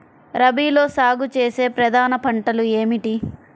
రబీలో సాగు చేసే ప్రధాన పంటలు ఏమిటి?